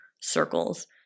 circles